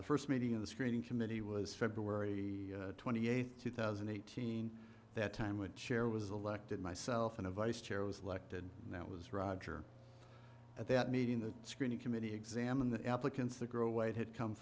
the first meeting of the screening committee was february twenty eighth two thousand and eighteen that time would chair was elected myself and a vice chair was elected and that was roger at that meeting the screening committee examined the applicants the gro weight had come